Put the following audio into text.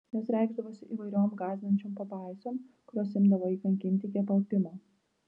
jos reikšdavosi įvairiom gąsdinančiom pabaisom kurios imdavo jį kankinti iki apalpimo